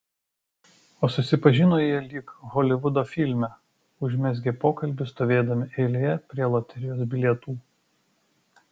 o susipažino jie lyg holivudo filme užmezgė pokalbį stovėdami eilėje prie loterijos bilietų